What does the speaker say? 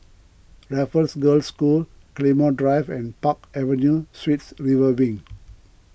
Raffles Girls' School Claymore Drive and Park Avenue Suites River Wing